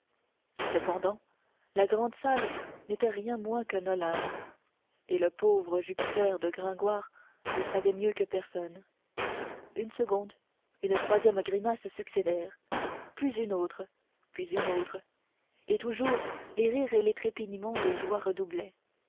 cependant la grand salle n'était rien moins qu'un olympe et le pauvre jupiter de gringoire le savait mieux que personne une seconde une troisième grimace succédèrent puis une autre puis une autre et toujours les rires et les trépignements de joie